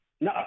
No